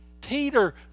Peter